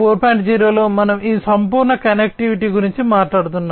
0 లో మనము ఈ సంపూర్ణ కనెక్టివిటీ గురించి మాట్లాడుతున్నాము